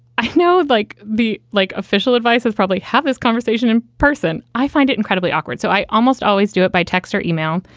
i know like the like official advice is probably have this conversation in person. i find it incredibly awkward. so i almost always do it by text or email.